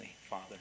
father